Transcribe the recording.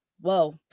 whoa